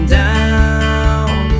down